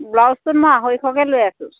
ব্লাউজটোত মই আঢ়ৈশকৈ লৈ আছোঁ